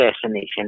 assassination